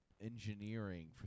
Engineering